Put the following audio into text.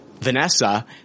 Vanessa